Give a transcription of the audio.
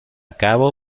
cabo